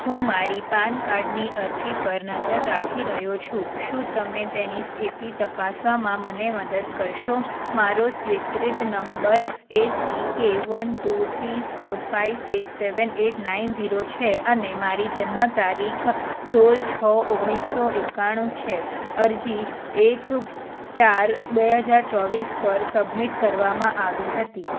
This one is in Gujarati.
હું મારી પાનકાર્ડની અરજી પર નજર રાખી રહ્યો છું શું તમે તેની સ્થિતિ તપાસવમાં મને મદદ કરશો મારી સ્વીકૃત નંબર ACK one two three four five six seven eight nine zero છે અને મારી જન્મ તારીખ સોલ છો ઓગણીસો એક્કાણું છે અરજી એક ચાર બે હજાર ચોવીસ પર સબમિટ કરવામાં આવી હતી